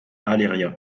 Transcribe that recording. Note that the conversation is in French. aléria